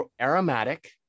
aromatic